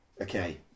Okay